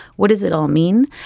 what does it all mean?